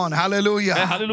hallelujah